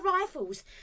rifles